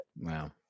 Wow